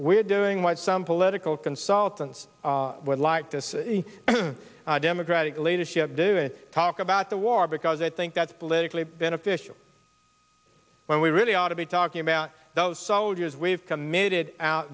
we're doing what some political consultants would like this democratic leadership do it talk about the war because i think that's politically beneficial when we really ought to be talking about those soldiers we've committed out